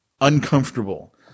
uncomfortable